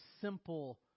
simple